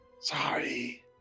Sorry